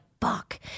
fuck